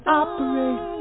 operate